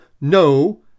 no